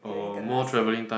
during the last year